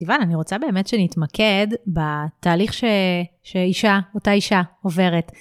סיוון, אני רוצה באמת שנתמקד בתהליך שאישה, אותה אישה עוברת.